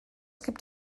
gibt